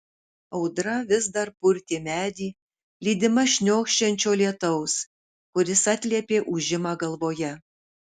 audra vis dar purtė medį lydima šniokščiančio lietaus kuris atliepė ūžimą galvoje